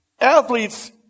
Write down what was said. Athletes